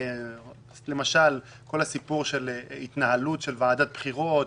כמו כל הסיפור של ההתנהלות של ועדת הבחירות,